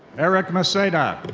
erick maceda.